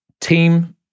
team